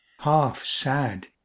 Half-sad